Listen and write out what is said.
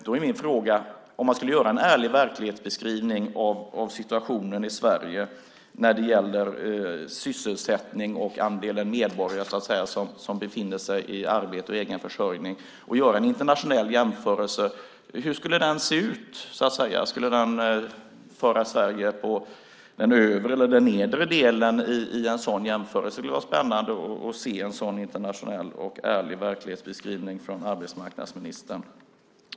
Då är min fråga: Om man skulle göra en ärlig verklighetsbeskrivning av situationen i Sverige när det gäller sysselsättning och andelen medborgare som befinner sig i arbete och egen försörjning och dessutom göra en internationell jämförelse, hur skulle den se ut? Skulle Sverige föras till den övre eller den nedre delen i en sådan jämförelse? Det skulle vara spännande att se en sådan internationell och ärlig verklighetsbeskrivning från arbetsmarknadsministerns sida.